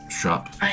shop